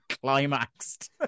climaxed